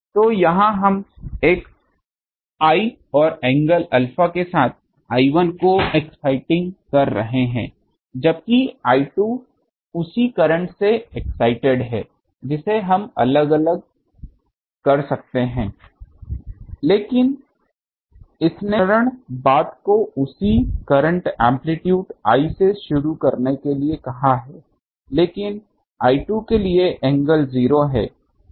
तो यहाँ हम एक I और एंगल अल्फा के साथ I1 को एक्साइटिंग कर रहे हैं जबकि I2 उसी करंट से एक्साइटेड है जिसे हम अलग अलग कर सकते हैं लेकिन इसने साधारण बात को उसी करंट एम्प्लीट्यूड I से शुरू करने के लिए कहा है लेकिन I2 के लिए एंगल 0 है